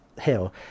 hill